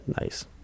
nice